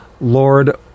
Lord